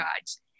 guides